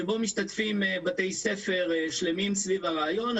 שבו משתתפים בתי ספר שלמים סביב הרעיון.